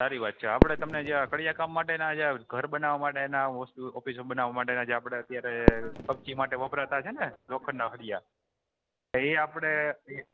સારી વાત છે આપડે તમને જે કડીયા કામ માટે ના જે ઘર બનાવા માટેના ઓફિસો બનાવા માટેના જે આપડે અત્યારે કબચી માટે વપરાતા છેને લોખંડના હડિયા હી આપડે